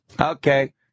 Okay